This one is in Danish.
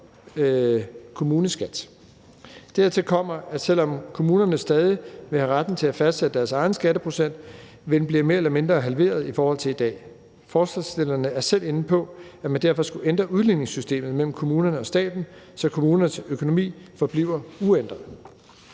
Dertil kommer, at selv om kommunerne stadig vil have retten til at fastsætte deres egen skatteprocent, vil den blive mere eller mindre halveret i forhold til i dag. Forslagsstillerne er selv inde på, at man derfor skulle ændre udligningssystemet mellem kommunerne og staten, så kommunernes økonomi forbliver uændret.